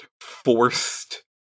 forced